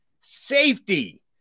Safety